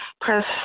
Press